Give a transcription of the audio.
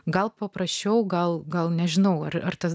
gal paprasčiau gal gal nežinau ar tas